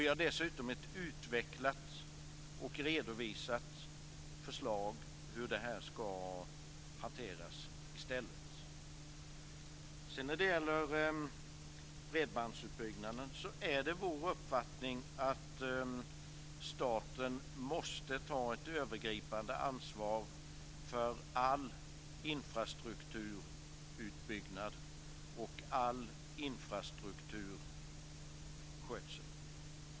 Vi har dessutom ett utvecklat och redovisat förslag till hur detta ska hanteras i stället. När det gäller bredbandsutbyggnaden är det vår uppfattning att staten måste ta ett övergripande ansvar för all infrastrukturutbyggnad och all infrastrukturskötsel.